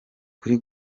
kuri